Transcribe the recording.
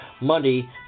money